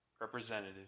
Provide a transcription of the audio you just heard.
representative